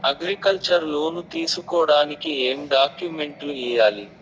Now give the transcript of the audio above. Agriculture loan తీసుకోడానికి ఏం డాక్యుమెంట్లు ఇయ్యాలి?